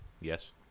yes